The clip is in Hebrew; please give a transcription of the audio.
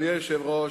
אדוני היושב-ראש,